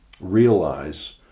realize